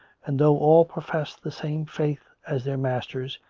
and though all pro fessed the same faith as their masters,